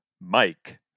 Mike